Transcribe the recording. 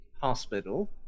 hospital